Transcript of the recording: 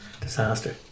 disaster